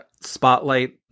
spotlight